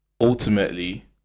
Ultimately